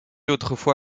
autrefois